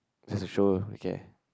just to show her we care